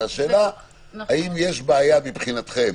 האם יש בעיה, מבחינתכם,